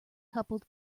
coupled